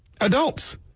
Adults